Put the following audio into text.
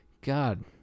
god